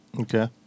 Okay